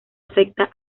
afecta